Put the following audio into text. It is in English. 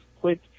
quick